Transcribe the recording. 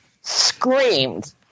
screamed